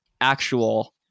actual